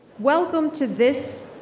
welcome to this,